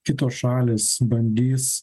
kitos šalys bandys